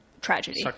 tragedy